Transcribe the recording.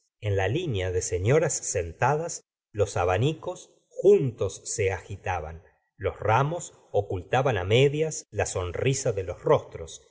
en la linea de señoras sentadas los abanicos juntas se agitaban los ramos ocultaban á medias la sonrisa de los rostros